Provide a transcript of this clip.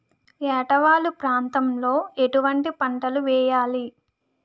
ఏటా వాలు ప్రాంతం లో ఎటువంటి పంటలు వేయాలి?